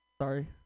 Sorry